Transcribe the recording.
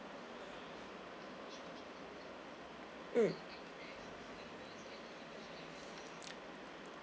mm